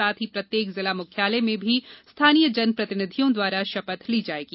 साथ ही प्रत्येक जिला मुख्यालय में भी स्थानीय जन प्रतिनिधियों द्वारा शपथ ली जायेगी